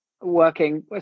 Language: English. working